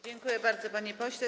Dziękuję bardzo, panie pośle.